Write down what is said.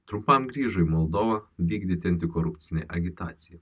trumpam grįžo į moldovą vykdyti antikorupcinį agitaciją